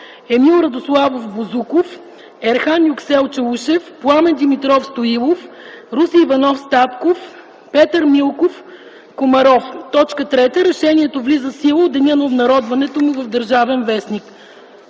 Емил Радославов Бозуков Ерхан Юксел Чаушев Пламен Димитров Стоилов Руси Иванов Статков Петър Милков Комаров 3. Решението влиза в сила от деня на обнародването му в „Държавен вестник”.”